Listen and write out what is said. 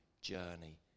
journey